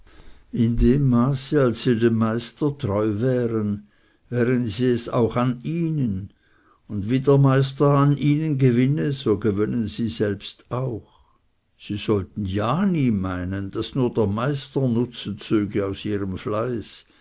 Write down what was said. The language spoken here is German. in dem maße als sie dem meister treu wären wären sie es auch an ihnen und wie der meister an ihnen gewinne gewönnen sie selbst auch sie sollten ja nie meinen daß nur der meister nutzen zöge aus ihrem fleiß